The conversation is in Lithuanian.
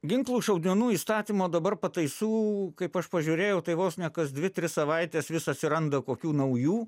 ginklų šaudmenų įstatymo dabar pataisų kaip aš pažiūrėjau tai vos ne kas dvi tris savaites vis atsiranda kokių naujų